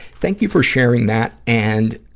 thank you for sharing that. and,